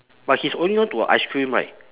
but he is holding on to a ice cream right